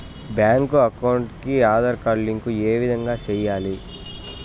Bank account కి Aadhaar link ఏ విధంగా సెయ్యాలి?